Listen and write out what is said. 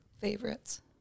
Favorites